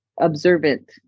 observant